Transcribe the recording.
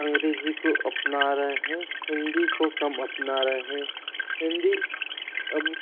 अंग्रेजी को अपना रहे हैं हिंदी को कम अपना रहे हिंदी अब